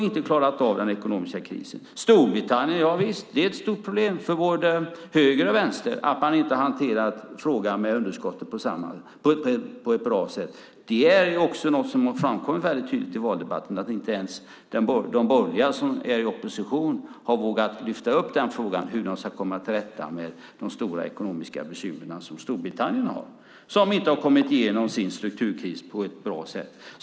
I Storbritannien är det ett stort problem både för höger och vänster att man inte har hanterat frågan om underskottet på ett bra sätt. Det har också framkommit väldigt tydligt i valdebatten att inte ens de borgerliga som är i opposition har vågat ta upp hur de ska våga komma till rätta med de stora ekonomiska bekymmer som man har i Storbritannien, där man inte har lyckats komma igenom sin strukturkris på ett bra sätt.